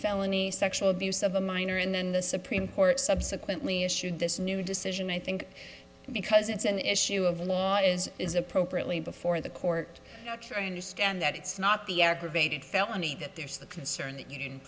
felony sexual abuse of a minor and then the supreme court subsequently issued this new decision i think because it's an issue of law is is appropriately before the court ok i understand that it's not the aggravated felony that there's the concern that you